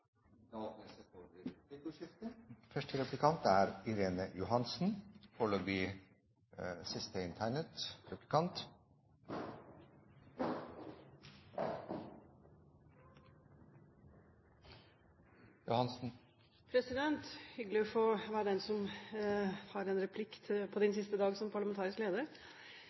åpnes for replikkordskifte. Det er hyggelig å få være den som får framføre en replikk til Høybråten på hans siste dag som parlamentarisk leder.